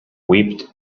wept